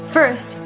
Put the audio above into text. First